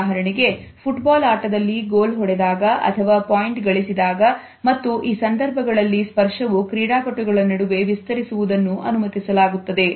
ಉದಾಹರಣೆಗೆ football ಆಟದಲ್ಲಿ goal ಹೊಡೆದಾಗ ಅಥವಾ ಪಾಯಿಂಟ್ ಗಳಿಸಿದಾಗ ಮತ್ತು ಈ ಸಂದರ್ಭಗಳಲ್ಲಿ ಸ್ಪರ್ಶವು ಕ್ರೀಡಾಪಟುಗಳ ನಡುವೆ ವಿಸ್ತರಿಸುವುದನ್ನು ಅನುಮತಿಸಲಾಗುತ್ತದೆ